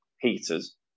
heaters